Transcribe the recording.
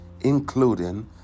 including